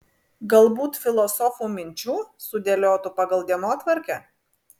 galbūt filosofų minčių sudėliotų pagal dienotvarkę